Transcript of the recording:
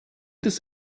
des